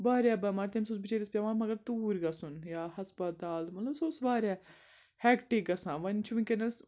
واریاہ بٮ۪مار تٔمِس اوس بِچٲرِس پٮ۪وان مگر توٗرۍ گژھُن یا ہَسپَتال مطلب سُہ اوس واریاہ ہٮ۪کٹِک گژھان وۄنۍ چھُ وٕنۍکٮ۪نَس